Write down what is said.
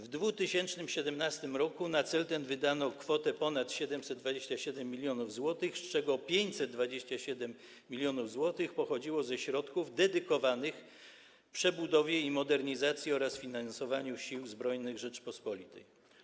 W 2017 r. na ten cel wydano kwotę ponad 727 mln zł, z czego 527 mln zł pochodziło ze środków dedykowanych przebudowie i modernizacji oraz finansowaniu Sił Zbrojnych Rzeczypospolitej.